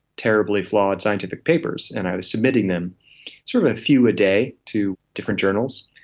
terribly flawed scientific papers, and i was submitting them sort of a few a day to different journals,